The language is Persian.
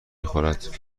خورد